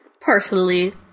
personally